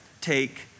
take